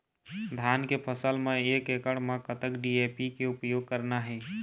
धान के फसल म एक एकड़ म कतक डी.ए.पी के उपयोग करना हे?